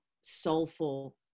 soulful